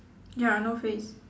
ya no face